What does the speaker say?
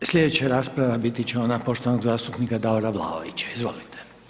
Slijedeća rasprava biti će ona poštovanog zastupnika Davora Vlaovića, izvolite.